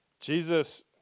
Jesus